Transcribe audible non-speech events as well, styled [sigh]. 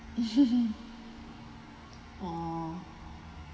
[laughs] oh